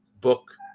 book